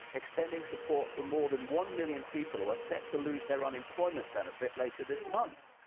extending support for more than one million people who are set to lose their unemployment benefit later this month,